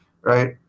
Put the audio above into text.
Right